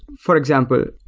for example,